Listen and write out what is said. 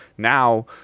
Now